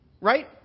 Right